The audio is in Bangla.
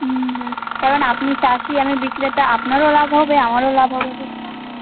হুম কারণ আপনি চাষী আমি বিক্রেতা আপনারও লাভ হবে আমারও লাভ হবে বুঝতে পারলেন